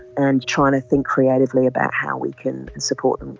and trying to think creatively about how we can support them.